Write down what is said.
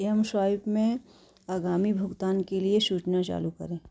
mSwipe में आगामी भुगतानों के लिए सूचना चालू करें